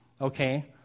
okay